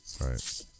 Right